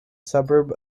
suburb